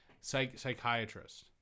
psychiatrist